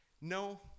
No